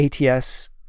ATS